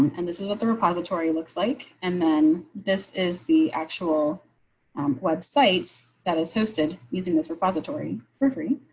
and this is what the repository looks like. and then this is the actual website that is hosted using this repository for dream.